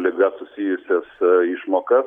liga susijusias išmokas